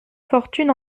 fortune